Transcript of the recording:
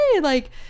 like-